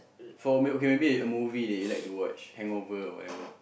for maybe okay maybe movie that you like to watch hangover or whatever